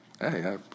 hey